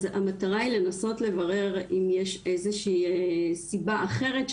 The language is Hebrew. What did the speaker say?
אז המטרה היא לנסות ולברר אם יש איזו שהיא סיבה אחרת,